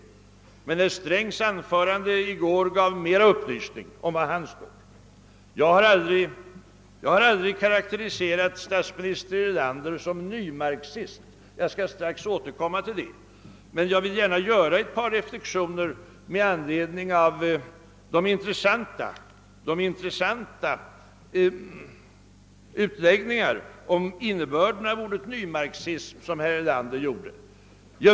Finansminister Strängs anförande i går gav dock bättre besked om var han står. Jag har aldrig karakteriserat statsminister Erlander som nymarxist. Jag skall sirax återkomma till detta, men jag vill först framföra ett par reflexioner med anledning av de intressanta utläggningar om innebörden av ordet »nymarxism», som herr Erlander gjorde.